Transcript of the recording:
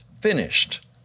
finished